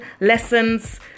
lessons